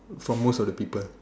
from most of the people